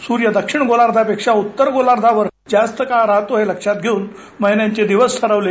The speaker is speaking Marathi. सूर्य दक्षिण गोलाधपिक्षा उत्तर गोलार्धावर जास्त काळ राहातो हे लक्षात घेऊन महिन्यांचे दिवस ठरवले